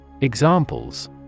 Examples